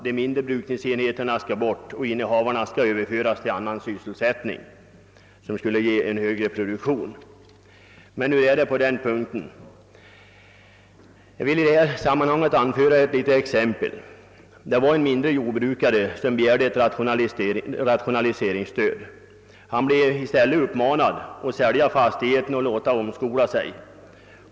De mindre brukningsenheterna skall bort och innehavarna överföras till annan sysselsättning, vilken skall medföra en högre produktion. Men hur är det på den punkten? Jag vill anföra ett litet exempel. En mindre jordbrukare begärde ett rationaliseringsstöd. Han fick inget, utan uppmanades i stället att sälja sin fastighet och låta omskola sig.